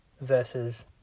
versus